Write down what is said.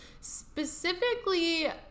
specifically